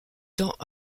temps